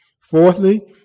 Fourthly